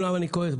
כועס?